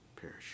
perish